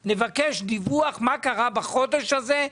דיווח מה קרה בחודש הזה?